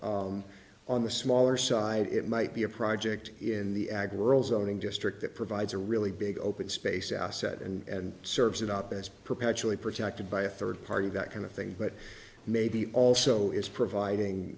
involve on the smaller side it might be a project in the ag world zoning district that provides a really big open space asset and serves it up as perpetually protected by a third party that kind of thing but maybe also is providing